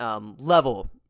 level